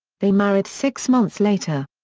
they married six months later.